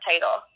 title